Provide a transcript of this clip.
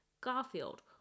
Garfield